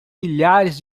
milhares